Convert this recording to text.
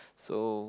so